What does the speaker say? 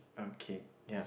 okay ya